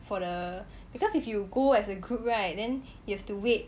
for the because if you go as a group right then you have to wait